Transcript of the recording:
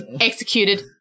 executed